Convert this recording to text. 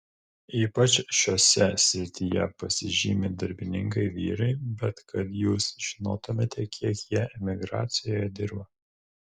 ypač šiose srityje pasižymi darbininkai vyrai bet kad jūs žinotumėte kiek jie emigracijoje dirba